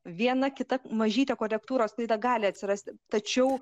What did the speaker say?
viena kita mažytė korektūros klaida gali atsirasti tačiau